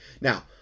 now